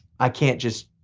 i can't just,